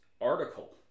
article